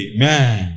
Amen